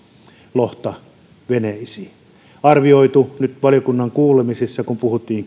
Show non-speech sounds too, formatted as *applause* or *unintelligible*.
lohta veneisiin on arvioitu nyt valiokunnan kuulemisissa kun puhuttiin *unintelligible*